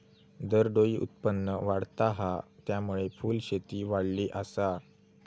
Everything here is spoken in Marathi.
दरडोई उत्पन्न वाढता हा, त्यामुळे फुलशेती वाढली आसा